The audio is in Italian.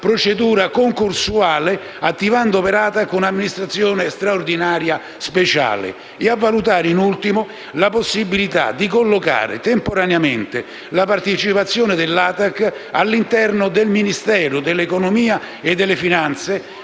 procedura concorsuale, attivando per ATAC un'amministrazione straordinaria speciale. In ultimo, chiediamo al Governo di valutare la possibilità di collocare temporaneamente la partecipazione dell'ATAC all'interno del Ministero dell'economia e delle finanze,